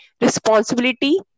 responsibility